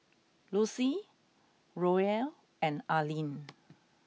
Lucie Roel and Arline